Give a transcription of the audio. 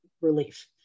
relief